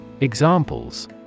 Examples